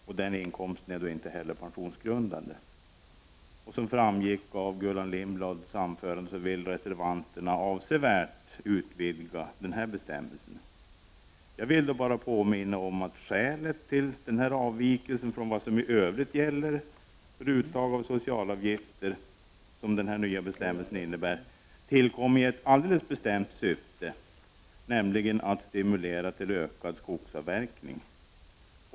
Sådan inkomst är inte heller pensionsgrundande. Som framgick av Gullan Lindblads anförande vill reservanterna avsevärt utvidga denna bestämmelse. Jag vill bara påminna om att den nya bestämmelsen som innebär en avvikelse från vad som i övrigt gäller för uttag av socialavgifter tillkom i ett alldeles bestämt syfte, nämligen att stimulera till ökad skogsavverkning.